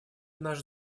наш